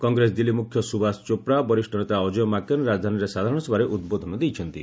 କଂଗ୍ରେସ ଦିଲ୍ଲୀ ମୁଖ୍ୟ ସୁବାସ ଚୋପ୍ରା ବରିଷ୍ଠ ନେତା ଅକ୍ଷୟ ମାକେନ ରାଜଧାନୀରେ ସାଧାରଣ ସଭାରେ ଉଦ୍ବୋଧନ ଦେଇଛନ୍ତି